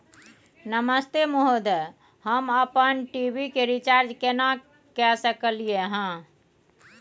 नमस्ते महोदय, हम अपन टी.वी के रिचार्ज केना के सकलियै हन?